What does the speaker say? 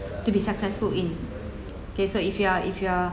to be successful in okay so if you are if you are